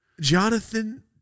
Jonathan